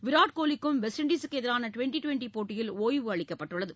விராட் கோலிக்கும் வெஸ்ட் இண்டீசுக்கு எதிரான ட்வென்டி ட்வென்டி போட்டியில் ஒய்வு அளிக்கப்பட்டுள்ளது